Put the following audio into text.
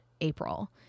April